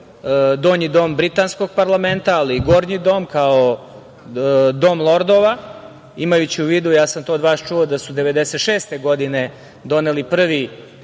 Donji dom britanskog parlamenta, ali i Gornji dom kao Dom lordova, imajući u vidu, ja sam to od vas čuo da su 1996. godine doneli prvi